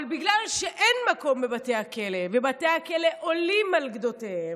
אבל בגלל שאין מקום בבתי הכלא ובתי הכלא עולים על גדותיהם,